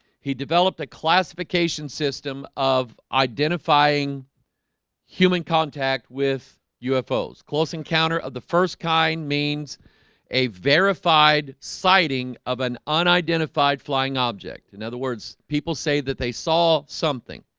he developed a classification system of identifying human contact with ufos close encounter of the first kind means a verified sighting of an and fide flying object in other words people say that they saw something.